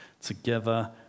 together